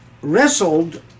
wrestled